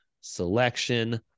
selection